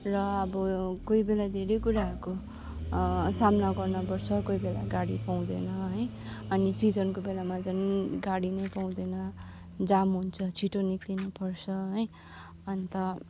र अब कोही बेला धेरै कुराहरूको सामना गर्न पर्छ कोही बेला गाडी पाउँदैन है अनि सिजनको बेलामा झन गाडी नै पउँदैन जाम हुन्छ छिटो निक्लिनु पर्छ है अन्त